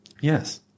yes